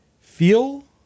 feel